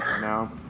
no